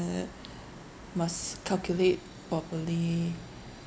must calculate properly